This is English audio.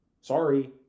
Sorry